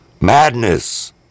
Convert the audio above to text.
Madness